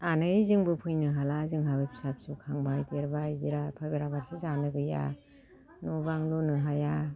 आनै जोंबो फैनो हाला जोंहाबो फिसा फिसौ खांबाय देरबाय बेराफारसे जानो गैया न' बां लुनो हाया